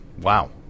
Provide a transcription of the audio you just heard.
wow